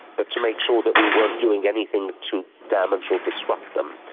but to make sure that we weren't doing anything to damage or disrupt them.